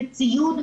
בציוד,